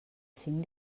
cinc